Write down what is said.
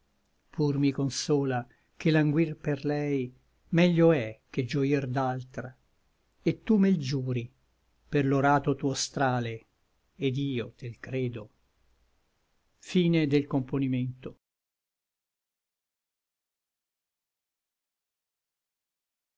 pur mi consola che languir per lei meglio è che gioir d'altra et tu me l giuri per l'orato tuo strale et io tel credo